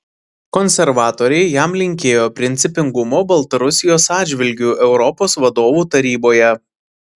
konservatoriai jam linkėjo principingumo baltarusijos atžvilgiu europos vadovų taryboje